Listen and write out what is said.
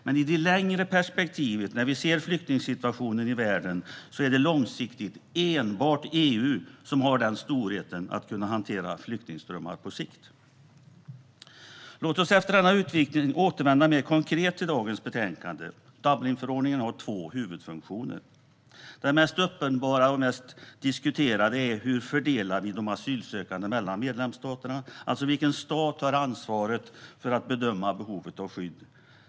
Men i det längre perspektivet och när vi ser flyktingsituationen i världen är det långsiktigt enbart EU som har storheten att kunna hantera flyktingströmmarna på sikt. Låt oss efter denna utvikning återvända mer konkret till dagens betänkande. Dublinförordningen har två huvudfunktioner. Den mest uppenbara och mest diskuterade är hur vi fördelar de asylsökande mellan medlemsstaterna, alltså vilken stat som har ansvaret för att bedöma behovet av skydd.